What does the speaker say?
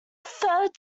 third